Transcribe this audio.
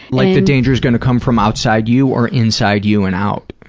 like danger is going to come from outside you or inside you and out?